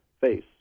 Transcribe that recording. face